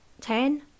Ten